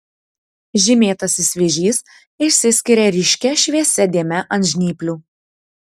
žymėtasis vėžys išsiskiria ryškia šviesia dėme ant žnyplių